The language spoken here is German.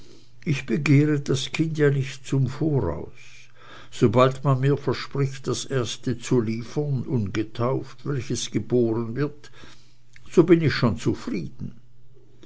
ich begehre das kind ja nicht zum voraus sobald man mir verspricht das erste zu liefern ungetauft welches geboren wird so bin ich schon zufrieden